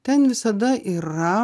ten visada yra